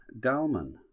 Dalman